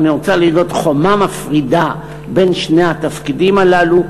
אבל חומה מפרידה בין שני התפקידים האלה,